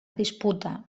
disputa